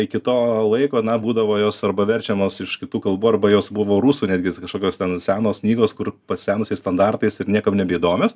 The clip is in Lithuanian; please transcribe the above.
iki to laiko na būdavo jos arba verčiamos iš kitų kalbų arba jos buvo rusų netgi kažkokios ten senos knygos kur pasenusiais standartais ir niekam nebeįdomios